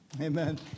Amen